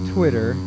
Twitter